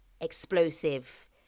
explosive